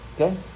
Okay